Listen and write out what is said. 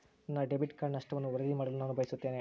ನನ್ನ debit card ನಷ್ಟವನ್ನು ವರದಿ ಮಾಡಲು ನಾನು ಬಯಸುತ್ತೇನೆ